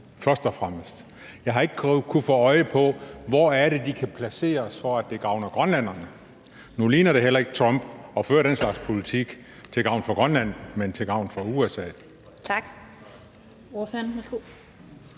først og fremmest. Jeg har ikke kunnet få øje på, hvor det er, de kan placeres, for at det gavner grønlænderne. Nu ligner det heller ikke Trump at føre den slags politik til gavn for Grønland – han gør det til gavn for USA.